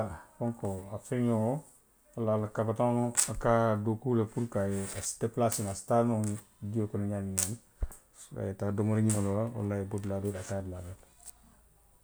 Fonkoo a feňoo, a ka a dookuu le puru ka a ye, a si dépalaasee noo, i si taa noo jio kono ňaamiŋ ňaama. A ye taa dolori ňinoo la, walla aye bo dulaa doo to a ye taa dulaa doo to